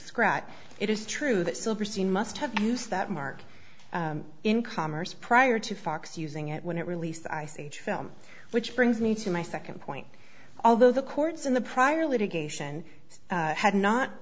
scratch it is true that silverstein must have used that mark in commerce prior to fox using it when it released ice age film which brings me to my second point although the courts in the prior litigation had not